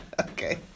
okay